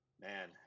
man